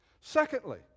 secondly